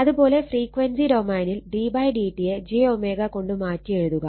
അത് പോലെ ഫ്രീക്വൻസി ഡൊമൈനിൽ d d t യെ j കൊണ്ട് മാറ്റി എഴുതുക